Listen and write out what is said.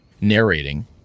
narrating